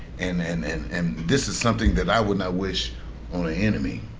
and and and and this is something that i would not wish on a enemy,